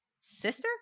sister